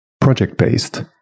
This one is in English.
project-based